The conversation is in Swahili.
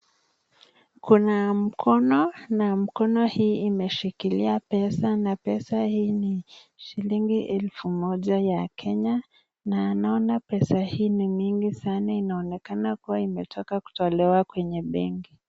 Kuna mkono na mkono hii imeshikilia pesa na pesa hii ni shilingi elfu moja ya kenya na naona pesa hii ni mingi sana inaonekana kuwa imetoka kutolewa kwenye benki.